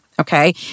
okay